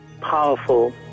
powerful